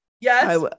yes